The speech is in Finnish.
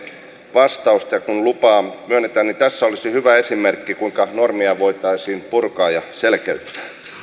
vastausta kun lupaa myönnetään tässä olisi hyvä esimerkki kuinka normeja voitaisiin purkaa ja selkeyttää